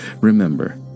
Remember